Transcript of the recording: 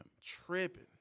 Tripping